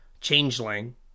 Changeling